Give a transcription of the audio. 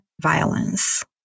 violence